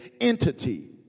entity